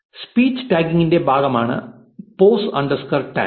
speech ടാഗിങ്ങിന്റെ ഭാഗമാണ് pos underscore tag